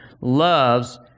loves